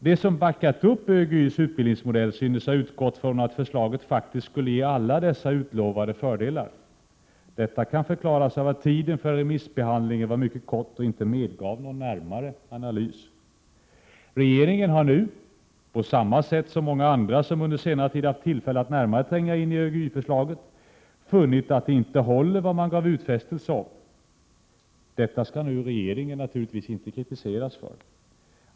De som backat upp ÖGY:s utbildningsmodell synes ha utgått från att förslaget faktiskt skulle ge alla dessa utlovade fördelar. Detta kan förklaras av att tiden för remissbehandlingen var mycket kort och inte medgav någon närmare analys. Regeringen har nu — på samma sätt som många andra som under senare tid haft tillfälle att närmare tränga in i ÖGY-förslaget — funnit att det inte håller vad man gav utfästelse om. Detta skall nu regeringen naturligtvis inte kritiseras för.